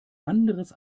anderes